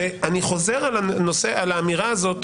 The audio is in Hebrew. ואני חוזר על האמירה הזאת